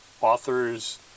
authors